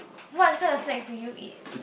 what kind of snack do you eat